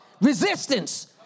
Resistance